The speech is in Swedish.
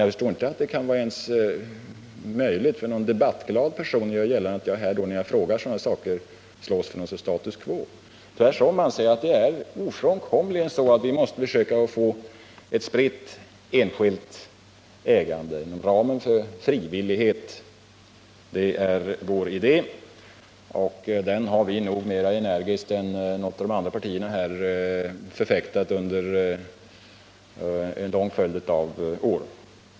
Jag förstår inte att det kan vara möjligt, ens för en debattglad person, att göra gällande att jag slåss för status quo när jag ställer sådana här frågor. Tvärtom anser jag att vi ofrånkomligen måste försöka få ett spritt enskilt ägande inom ramen för frivillighet. Det är vår idé, och den har vi nog förfäktat mera energiskt än något av de andra partierna under en lång följd av år.